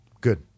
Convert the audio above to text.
Good